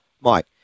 Mike